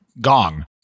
gong